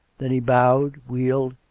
then he bowed, wheeled,